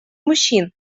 мужчин